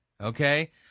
okay